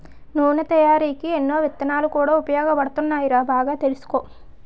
నూనె తయారికీ ఎన్నో విత్తనాలు కూడా ఉపయోగపడతాయిరా బాగా తెలుసుకో